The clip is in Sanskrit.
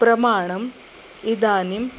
प्रमाणम् इदानीं